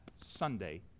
Sunday